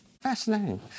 Fascinating